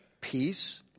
peace